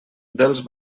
dels